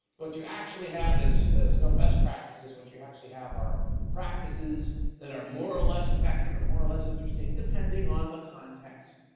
what you actually have is is no best practices, what you actually have are practices that are more or less effective or more or less interesting, depending on the context.